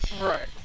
Right